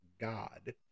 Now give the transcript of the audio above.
God